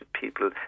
people